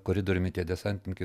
koridoriumi tie desantininkai